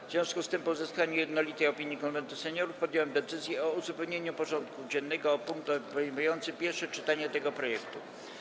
W związku z tym, po uzyskaniu jednolitej opinii Konwentu Seniorów, podjąłem decyzję o uzupełnieniu porządku dziennego o punkt obejmujący pierwsze czytanie tego projektu.